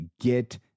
get